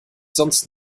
sonst